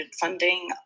funding